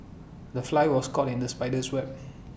the fly was caught in the spider's web